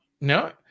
no